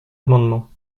amendement